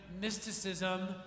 mysticism